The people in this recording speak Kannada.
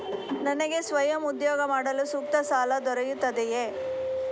ನನಗೆ ಸ್ವಯಂ ಉದ್ಯೋಗ ಮಾಡಲು ಸೂಕ್ತ ಸಾಲ ದೊರೆಯುತ್ತದೆಯೇ?